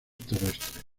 terrestres